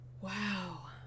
Wow